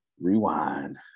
rewind